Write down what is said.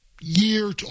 year